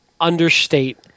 understate